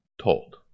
told